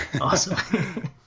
Awesome